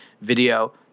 video